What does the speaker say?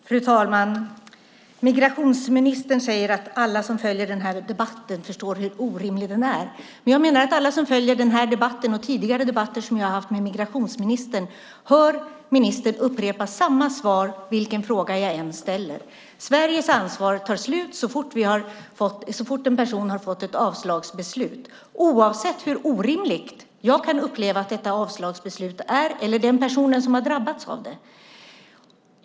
Fru talman! Migrationsministern säger att alla som följer den här debatten förstår hur orimlig den är. Men jag menar att alla som följer den här debatten och som har följt tidigare debatter som jag har haft med migrationsministern hör ministern upprepa samma svar vilken fråga jag än ställer. Sveriges ansvar tar slut så fort en person har fått ett avslagsbeslut, oavsett hur orimligt jag eller den person som har drabbats av det kan uppleva att detta avslagsbeslut är.